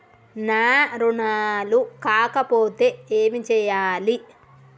నా రుణాలు కాకపోతే ఏమి చేయాలి?